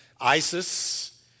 ISIS